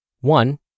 One